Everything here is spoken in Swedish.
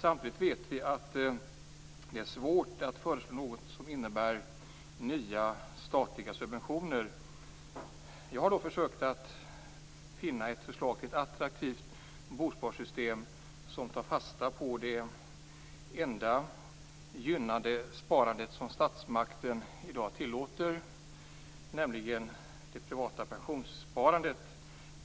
Samtidigt vet vi att det är svårt att föreslå något som innebär nya statliga subventioner. Jag har försökt att finna ett förslag till ett attraktivt bosparsystem som tar fasta på det enda gynnade sparandet som statsmakten i dag tillåter, nämligen det privata pensionssparandet